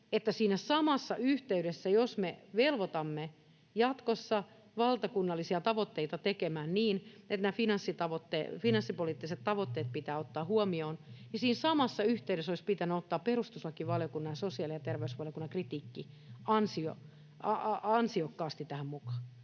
Fakta on se, että jos me velvoitamme jatkossa valtakunnallisia tavoitteita tekemään niin, että nämä finanssipoliittiset tavoitteet pitää ottaa huomioon, niin siinä samassa yhteydessä olisi pitänyt ottaa perustuslakivaliokunnan ja sosiaali- ja terveysvaliokunnan kritiikki ansiokkaasti tähän mukaan.